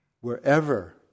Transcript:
wherever